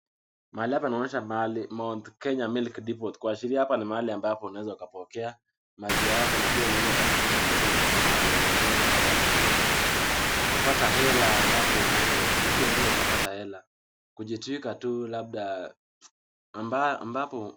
Mahali hapa inaonyesha mahali Mt Kenya Milk Depot, kuashiria hapa ni mahali ambapo unaweza ukapokea maziwa yako na pia unaweza ukazungusha maziwa kutoka mahali eneo moja paka jengine. Kupata hela ambapo, mtu unaweza pata hela kujitwika tu labda ambapo